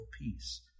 peace